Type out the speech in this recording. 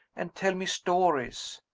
and tell me stories.